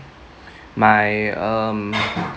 my um